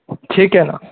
ठीक आहे ना